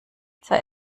zwei